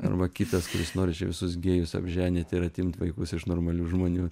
arba kitas kuris nori čia visus gėjus apženyt ir atimt vaikus iš normalių žmonių